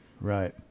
Right